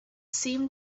seemed